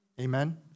Amen